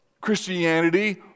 Christianity